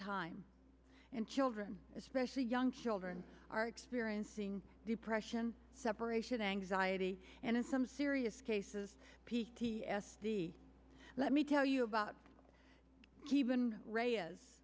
time and children especially young children are experiencing depression separation anxiety and in some serious cases p t s d let me tell you about keven ready is